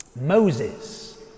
Moses